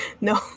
No